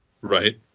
Right